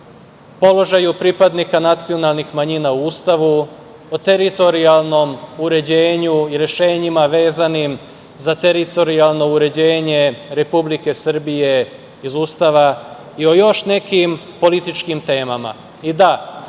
položaju pripadnika nacionalnih manjina u Ustavu, o teritorijalnom uređenju i rešenjima vezanim za teritorijalno uređenje Republike Srbije iz Ustava i o još nekim političkim temama,